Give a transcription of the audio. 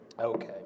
Okay